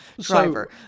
Driver